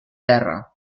terra